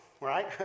right